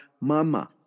Mama